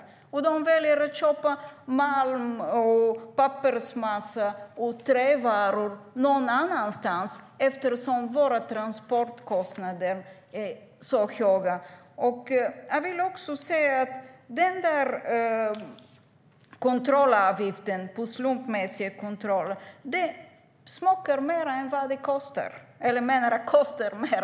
De kanske väljer att köpa malm, pappersmassa och trävaror någon annanstans eftersom våra transportkostnader är så höga. Jag vill också säga att den där kontrollavgiften på slumpmässig kontroll kostar mer än vad den smakar.